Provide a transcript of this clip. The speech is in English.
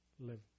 live